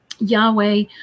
Yahweh